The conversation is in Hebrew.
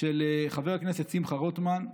של חבר הכנסת שמחה רוטמן,